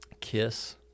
Kiss